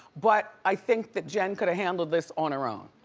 but i think that jen could've handled this on her own.